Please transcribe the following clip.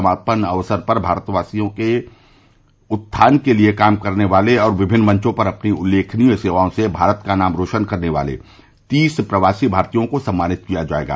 समापन अवसर पर भारतवासियों के उत्थान के लिये काम करने वाले और विभिन्न मंचों पर अपनी उल्लेखनीय सेवाओं से भारत का नाम रोशन करने वाले तीस प्रवासी भारतीयों को सम्मानित किया जायेगा